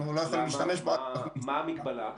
מה המגבלה?